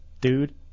Dude